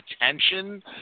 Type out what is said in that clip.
attention